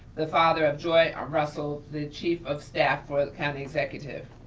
the father of joy um russell, the chief of staff for the county executive.